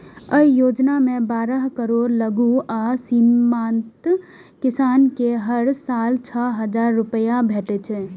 अय योजना मे बारह करोड़ लघु आ सीमांत किसान कें हर साल छह हजार रुपैया भेटै छै